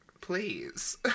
please